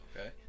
Okay